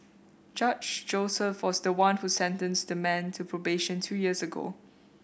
Judge Joseph was the one who sentenced the man to probation two years ago